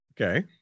Okay